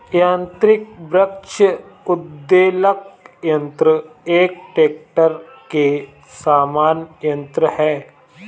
यान्त्रिक वृक्ष उद्वेलक यन्त्र एक ट्रेक्टर के समान यन्त्र है